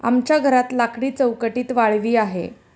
आमच्या घरात लाकडी चौकटीत वाळवी आहे